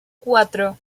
cuatro